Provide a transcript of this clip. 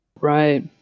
Right